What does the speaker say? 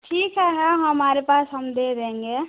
ठीक है है हमारे पास हम दे देंगे